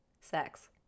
Sex